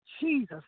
Jesus